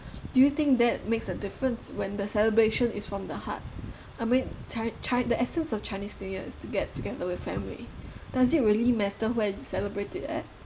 do you think that makes a difference when the celebration is from the heart I mean chi~ chi~ the essence of chinese new year is to get together with family does it really matter where you celebrate it at